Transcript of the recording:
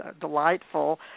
delightful